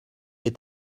est